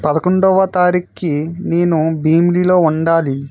పదకొండవ తారీఖుకి నేను భీమిలిలో ఉండాలి